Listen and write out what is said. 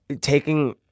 taking